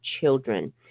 children